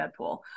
Deadpool